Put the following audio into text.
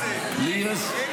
אין הסכמה על זה.